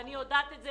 ואני יודעת את זה